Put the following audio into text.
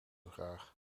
graag